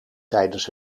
tijdens